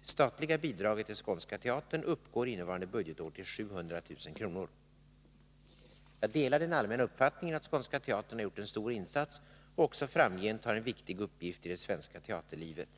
Det statliga bidraget till Skånska Teatern uppgår innevarande budgetår till 700 000 kr. Jag delar den allmänna uppfattningen att Skånska Teatern har gjort en stor insats och också framgent har en viktig uppgift i det svenska teaterlivet.